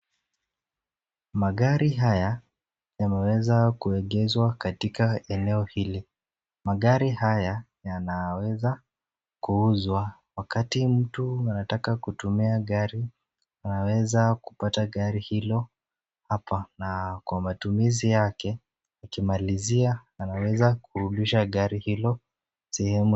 Magari haya yameweza kuegeshwa katika eneo hili. Magari haya yanaweza kuuzwa wakati mtu anataka kutumia gari anaweza kupata gari hilo hapa na kwa matumizi yake na alimalizia anawezakurudisha gari hilo sehemu.